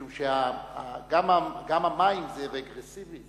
משום שגם המים זה רגרסיבי,